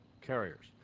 carriers